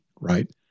right